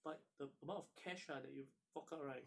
but the amount of cash lah that you fork out right